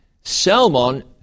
Salmon